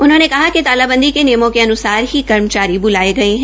उन्होंने कहा कि तालांबदी के नियमों के अनुसार ही कर्मचारी बुलाये गये है